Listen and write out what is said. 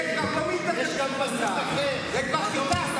לאלה, לא, תסתכל אליו ותגיד לו